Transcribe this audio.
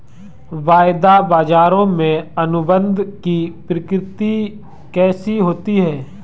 वायदा बाजारों में अनुबंध की प्रकृति कैसी होती है?